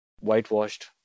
whitewashed